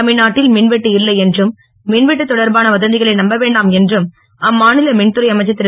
தமிழ்நாட்டில் மின்வெட்டு இல்லை என்றும் மின்வெட்டு தொடர்பான வதந்திகளை நம்பவேண்டாம் என்றும் அம்மாநில மின்துறை அமைச்சர் திரு